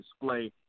display